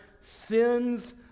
sins